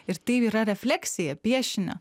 ir tai yra refleksija piešinio